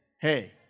Hey